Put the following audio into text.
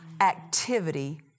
activity